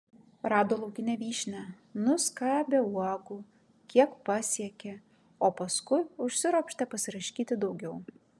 rado laukinę vyšnią nuskabė uogų kiek pasiekė o paskui užsiropštė pasiraškyti daugiau